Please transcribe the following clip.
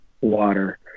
water